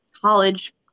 college